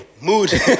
Mood